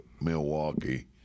Milwaukee